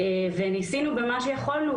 ניסינו במה שיכולנו,